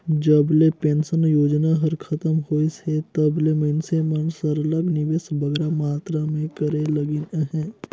जब ले पेंसन योजना हर खतम होइस हे तब ले मइनसे मन सरलग निवेस बगरा मातरा में करे लगिन अहे